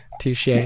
Touche